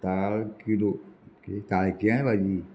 ताळ किळो ताळकिळ्याची भाजी